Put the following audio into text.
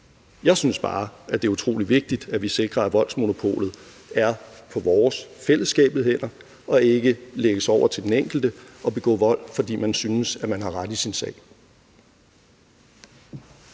Jeg synes bare, at det er utrolig vigtigt, at vi sikrer, at voldsmonopolet er på vores, fællesskabets, hænder, og at det ikke lægges over til den enkelte at begå vold, fordi man synes, at man har ret i sin sag.